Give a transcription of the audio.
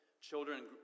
children